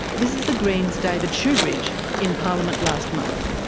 this is the greens' david shoebridge, in parliament last month.